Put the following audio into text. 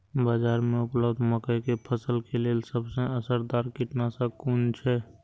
बाज़ार में उपलब्ध मके के फसल के लेल सबसे असरदार कीटनाशक कुन छै?